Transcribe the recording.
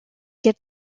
get